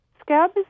Scab